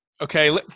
okay